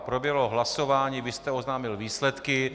Proběhlo hlasování, vy jste oznámil výsledky.